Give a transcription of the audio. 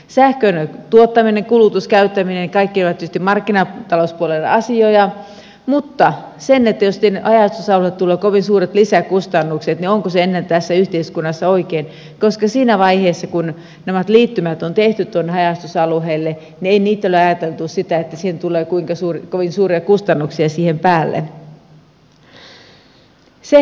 sähkön tuottaminen kulutus käyttäminen kaikki ovat tietysti markkinatalouspuolen asioita mutta jos haja asutusalueille tulee kovin suuret lisäkustannukset niin onko se enää tässä yhteiskunnassa oikein koska siinä vaiheessa kun nämä liittymät on tehty tuonne haja asutusalueille ei ole ajateltu että siihen tulee kovin suuria kustannuksia siihen päälle